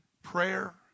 Prayer